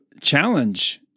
challenge